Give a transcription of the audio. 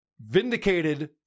vindicated